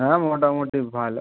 হ্যাঁ মোটামুটি ভালো